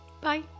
Bye